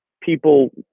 people